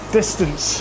distance